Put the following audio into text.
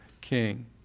king